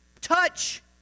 touch